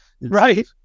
Right